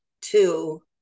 two